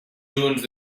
junts